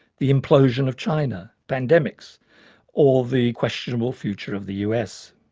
the implosion of china, pandemics or the questionable future of the us.